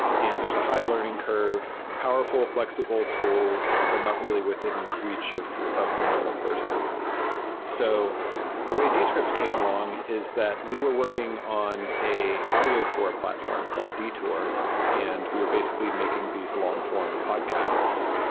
and there's a high learning curve, powerful fl exible tools, but not really within reach of of the normal person so the way descript came along is that we were working on a audio tour platform called detour and we were basically making these long-form podcasts,